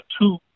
two